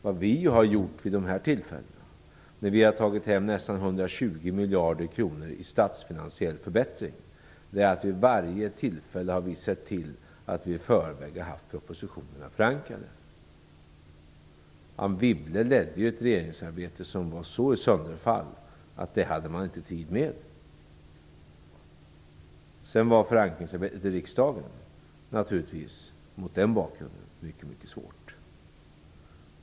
Vad vi har gjort, när vi har tagit hem nästan 120 miljarder kronor i statsfinansiell förbättring, är att vi vid varje tillfälle har sett till att vi i förväg har haft propositionerna förankrade. Anne Wibble ledde ju ett regeringsarbete som var så i sönderfall att man inte hade tid med det. Förankringsarbetet i riksdagen blev naturligtvis mot den bakgrunden mycket svårt.